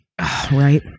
Right